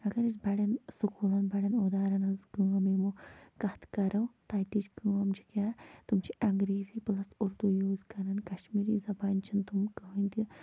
اگر أسۍ بٔڑٮ۪ن سکوٗلن بڑٮ۪ن اُدارن ہِنٛز کٲم کتھ کرو تتِچ کٲم چھِ کیاہ تِم چھِ انگریزی پٕلس اُردو یوٗز کران کشمیٖری زبانہِ چھِ نہِ تِم کٕہٕنۍ تہِ